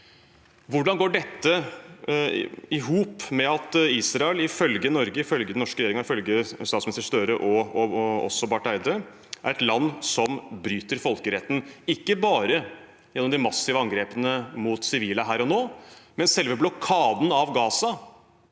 Hvordan går dette i hop med at Israel – ifølge Norge, ifølge den norske regjeringen, ifølge statsminister Støre og også ifølge Barth Eide – er et land som bryter folkeretten, ikke bare gjennom de massive angrepene mot sivile her og nå, men også med selve blokaden av Gaza,